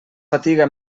fatiga